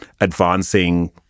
advancing